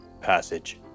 Passage